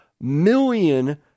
million